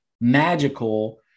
magical